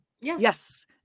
yes